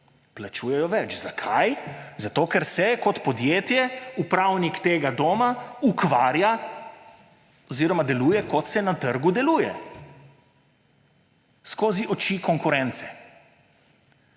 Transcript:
plačujejo več. Zakaj? Zato, ker se kot podjetje, upravnik tega doma ukvarja oziroma deluje, kot se na trgu deluje ‒ skozi oči konkurence.